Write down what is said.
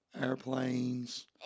airplanes